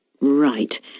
Right